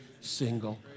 single